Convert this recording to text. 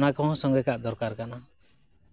ᱚᱱᱟ ᱠᱚᱦᱚᱸ ᱥᱚᱝᱜᱮ ᱠᱟᱜ ᱫᱚᱨᱠᱟᱨ ᱠᱟᱱᱟ